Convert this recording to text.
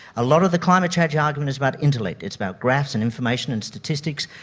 a lot of the climate change argument is about intellect, it's about graphs and information and statistics,